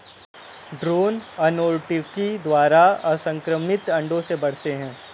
drone अर्नोटोकी द्वारा असंक्रमित अंडों से बढ़ते हैं